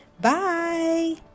Bye